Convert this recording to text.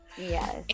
Yes